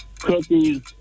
cookies